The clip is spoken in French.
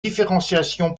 différenciation